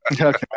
Okay